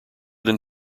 than